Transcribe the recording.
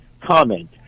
comment